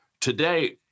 Today